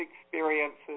experiences